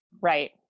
right